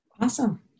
Awesome